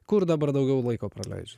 kur dabar daugiau laiko praleidžia